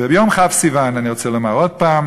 וביום כ' סיוון אני רוצה לומר עוד הפעם